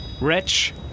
Wretch